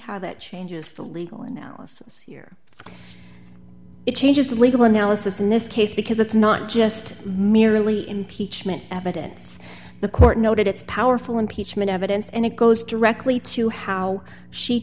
how that changes the legal analysis here it changes the legal analysis in this case because it's not just merely impeachment evidence the court noted it's powerful impeachment evidence and it goes directly to how she